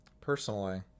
personally